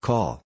Call